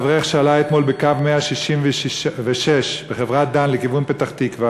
של אברך שעלה אתמול לאוטובוס בקו 166 של חברת "דן" לכיוון פתח-תקווה,